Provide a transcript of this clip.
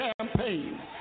campaign